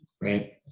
Right